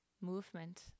movement